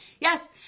Yes